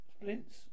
splints